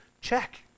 check